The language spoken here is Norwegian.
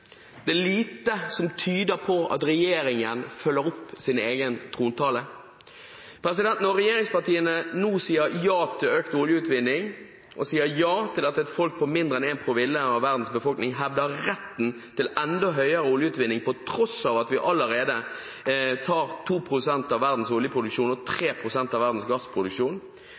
Det er lite som tyder på at regjeringen følger opp sin egen trontale. Regjeringspartiene sier nå ja til oljeutvinning og ja til at et folk på mindre enn 1 promille av verdens befolkning hevder retten til enda større oljeutvinning, på tross av at vi allerede har 2 pst. av verdens oljeproduksjon og